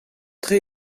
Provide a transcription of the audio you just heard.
tre